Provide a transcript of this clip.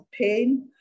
pain